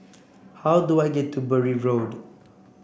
how do I get to Bury Road